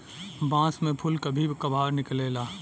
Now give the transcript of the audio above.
बांस में फुल कभी कभार निकलेला